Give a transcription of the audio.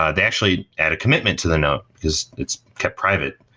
ah they actually add a commitment to the note is it's kept private.